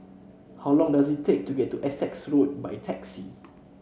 how long does it take to get to Essex Road by taxi